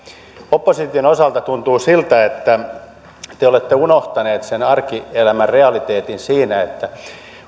opposition osalta tuntuu siltä että te te olette unohtaneet sen arkielämän realiteetin siinä että